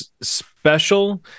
special